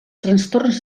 trastorns